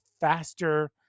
faster